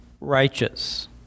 righteous